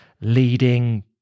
leading